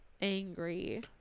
angry